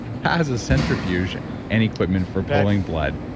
has a centrifuge and equipment for pulling blood.